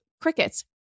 crickets